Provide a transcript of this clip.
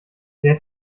sehr